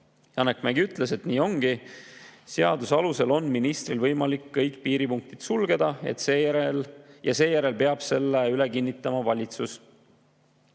Janek Mägi ütles, et nii ongi. Seaduse alusel on ministril võimalik kõik piiripunktid sulgeda ja seejärel peab selle kinnitama valitsus.